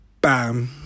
bam